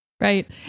Right